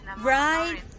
Right